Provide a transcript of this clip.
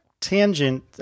tangent